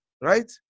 Right